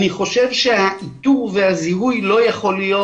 אני חושב שהאיתור והזיהוי לא יכול להיות